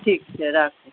ठीक छै राखू